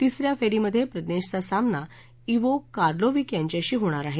तिसऱ्या फेरीमध्ये प्रज्ञेशचा सामना इवो कार्लोविक यांच्याशी होणार आहे